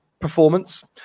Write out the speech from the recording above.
performance